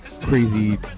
crazy